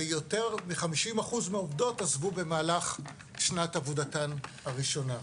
ויותר מ-50% מהעובדות עזבו במהלך שנת עבודתן הראשונה.